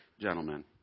gentlemen